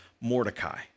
Mordecai